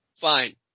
fine